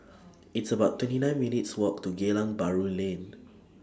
It's about twenty nine minutes' Walk to Geylang Bahru Lane